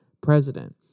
president